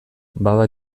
baba